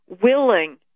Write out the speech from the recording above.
willing